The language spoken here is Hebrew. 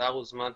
בקטר הוזמנתי,